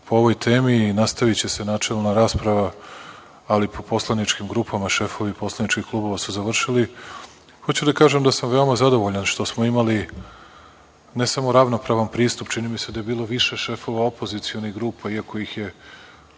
po ovoj temi, nastaviće se načelna rasprava, ali po poslaničkim grupama, šefovi poslaničkih klubova su završili, hoću da kažem da sam veoma zadovoljan što smo imali ne samo ravnopravan pristup, čini mi se da je bilo više šefova opozicionih grupa, i tu su